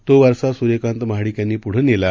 तो वारसा सुर्यकांत महाडिक यांनी पुढं नेला